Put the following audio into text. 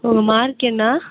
உங்கள் மார்க் என்ன